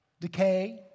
decay